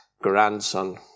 grandson